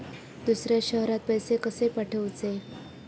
दुसऱ्या शहरात पैसे कसे पाठवूचे?